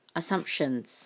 assumptions